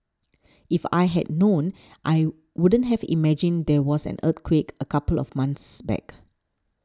if I hadn't known I wouldn't have imagined there was an earthquake a couple of months back